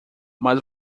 mas